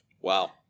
Wow